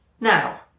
Now